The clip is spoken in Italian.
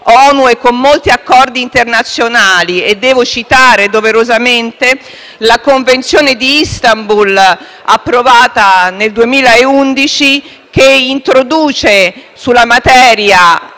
con molti accordi internazionali ed è doveroso citare fra queste la Convenzione di Istanbul, approvata nel 2011, che introduce sulla materia,